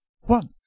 One